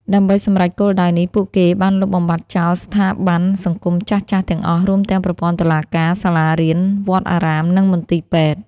ដើម្បីសម្រេចគោលដៅនេះ ពួកគេបានលុបបំបាត់ចោលស្ថាប័នសង្គមចាស់ៗទាំងអស់ រួមទាំងប្រព័ន្ធតុលាការ សាលារៀន វត្តអារាម និងមន្ទីរពេទ្យ។